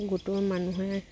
গোটৰ মানুহে